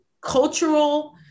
cultural